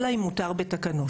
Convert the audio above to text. אלא אם מותר בתקנות,